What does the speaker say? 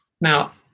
Now